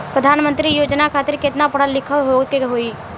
प्रधानमंत्री योजना खातिर केतना पढ़ल होखे के होई?